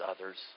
others